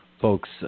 folks